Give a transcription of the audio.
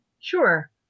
Sure